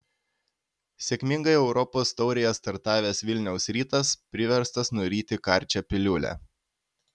sėkmingai europos taurėje startavęs vilniaus rytas priverstas nuryti karčią piliulę